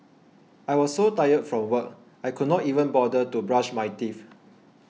I was so tired from work I could not even bother to brush my teeth